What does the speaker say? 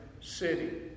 city